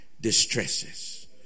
distresses